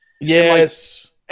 Yes